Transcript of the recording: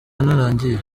naragiye